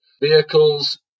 vehicles